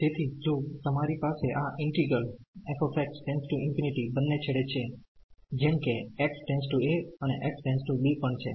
તેથી જો તમારી પાસે આ ઈન્ટિગ્રલf →∞ બંને છેડે છે જેમ કે x → a અને x → b પણ છે